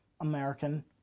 American